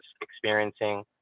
experiencing